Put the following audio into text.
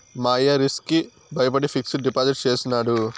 మా అయ్య రిస్క్ కి బయపడి ఫిక్సిడ్ డిపాజిట్ చేసినాడు